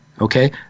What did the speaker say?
okay